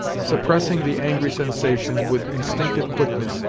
suppressing the angry sensation, with instinctive quickness,